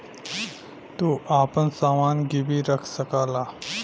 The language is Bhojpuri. तू आपन समान गिर्वी रख सकला